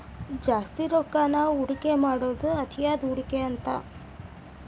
ಜಾಸ್ತಿ ರೊಕ್ಕಾನ ಹೂಡಿಕೆ ಮಾಡೋದ್ ಅತಿಯಾದ ಹೂಡಿಕೆ ಅಂತ